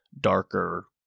darker